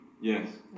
Yes